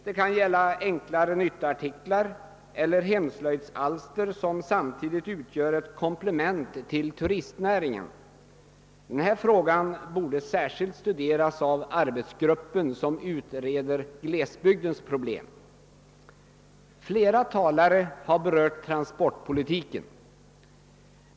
Det kan gälla enklare nyttoartiklar eller hemslöjdsalster som samtidigt utgör ett komplement till turistnäringen. Denna fråga borde särskilt studeras av den arbetsgrupp som skall utreda glesbygdsproblemen. Flera talare har berört transportpolitiken.